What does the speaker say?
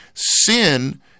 Sin